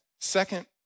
Second